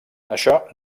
això